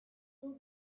will